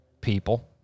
People